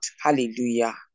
hallelujah